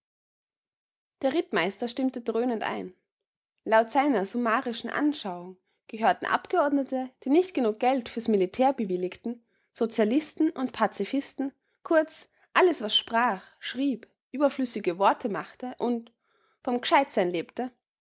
der rittmeister stimmte dröhnend ein laut seiner summarischen anschauung gehörten abgeordnete die nicht genug geld für's militär bewilligten sozialisten und pazifisten kurz alles was sprach schrieb überflüssige worte machte und vom g'scheit sein lebte